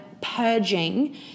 purging